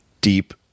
deep